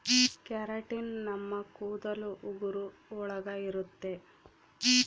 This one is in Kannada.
ಕೆರಟಿನ್ ನಮ್ ಕೂದಲು ಉಗುರು ಒಳಗ ಇರುತ್ತೆ